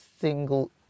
single